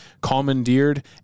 commandeered